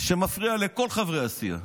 שמפריע לכל חברי הסיעה.